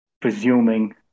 presuming